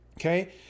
Okay